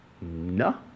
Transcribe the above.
No